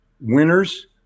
winners